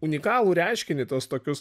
unikalų reiškinį tuos tokius